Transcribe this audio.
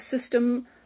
system